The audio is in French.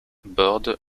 bordent